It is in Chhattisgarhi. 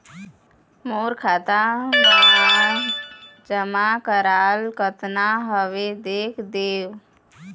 मोर खाता मा जमा कराल कतना हवे देख देव?